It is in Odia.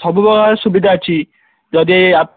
ସବୁ ପକାର ସୁବିଧା ଅଛି ଯଦି ଆ